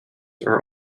are